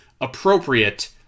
appropriate